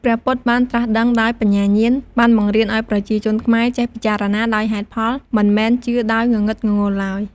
ព្រះពុទ្ធបានត្រាស់ដឹងដោយបញ្ញាញាណ បានបង្រៀនឱ្យប្រជាជនខ្មែរចេះពិចារណាដោយហេតុផល មិនមែនជឿដោយងងឹតងងុលឡើយ។